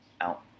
out